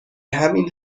همین